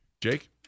Jake